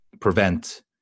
prevent